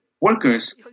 workers